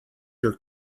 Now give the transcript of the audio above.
your